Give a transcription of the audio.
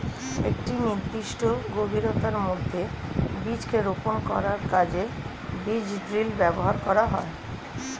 একটি নির্দিষ্ট গভীরতার মধ্যে বীজকে রোপন করার কাজে বীজ ড্রিল ব্যবহার করা হয়